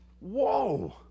whoa